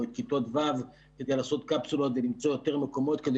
או את כיתות ו' כדי לעשות קפסולות ולמצוא יותר מקומות כדי